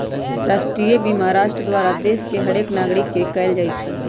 राष्ट्रीय बीमा राष्ट्र द्वारा देश के हरेक नागरिक के कएल जाइ छइ